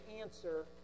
answer